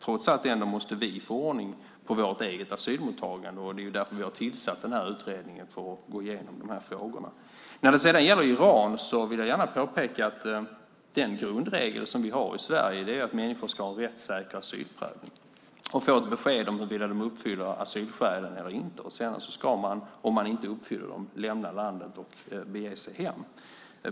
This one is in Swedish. Trots allt måste vi få ordning på vårt eget asylmottagande, och vi har tillsatt utredningen för att gå igenom de här frågorna. När det sedan gäller Iran vill jag gärna påpeka att den grundregel som vi har i Sverige är att människor ska ha en rättssäker asylprövning och få ett besked om de uppfyller asylskälen eller inte. Sedan ska man, om man inte uppfyller dem, lämna landet och bege sig hem.